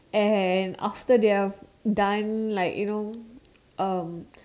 and after they're done like you know um